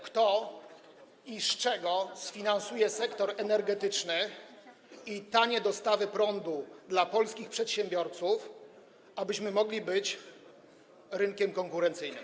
Kto i z czego sfinansuje sektor energetyczny i tanie dostawy prądu dla polskich przedsiębiorców, abyśmy mogli być rynkiem konkurencyjnym?